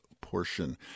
portion